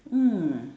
mm